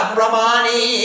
Brahmani